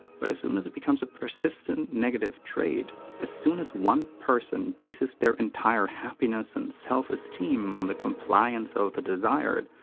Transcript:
but as soon as it becomes a persistent and negative trait as soon as one person bases their entire happiness and self-esteem on the compliance of the desired,